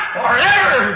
forever